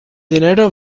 dinero